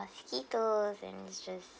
vehicles and it's just